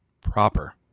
proper